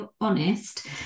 honest